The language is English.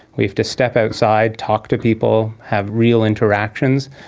we have to step outside, talk to people, have real interactions,